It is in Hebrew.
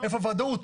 איפה ודאות?